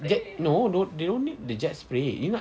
jet no they don't need the jet spray you nak